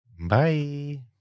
Bye